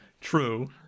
True